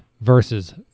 versus